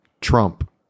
Trump